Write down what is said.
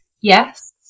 Yes